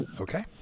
Okay